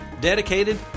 dedicated